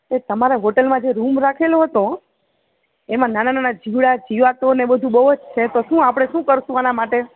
જે તમારે હોટલમાં જે રૂમ રાખેલો હતો એમા નાના નાના જીવડા જીવાતો ને બધું બહુ જ છે તો શું આપણે શું કરીશું આના માટે